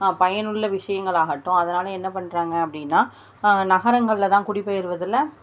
பயனுள்ள விஷயங்களாகட்டும் அதனால் என்ன பண்ணுறாங்க அப்படினா நகரங்களில் தான் குடிப்பெயருவதில்